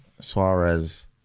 Suarez